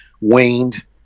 waned